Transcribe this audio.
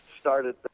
started